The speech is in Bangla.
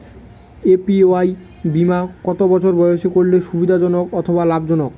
এ.পি.ওয়াই বীমা কত বছর বয়সে করলে সুবিধা জনক অথবা লাভজনক?